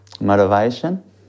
motivation